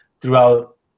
throughout